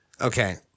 Okay